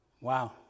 wow